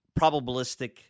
probabilistic